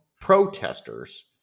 protesters